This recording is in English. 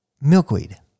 milkweed